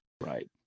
Right